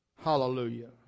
Hallelujah